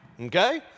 okay